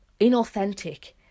inauthentic